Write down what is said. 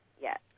Yes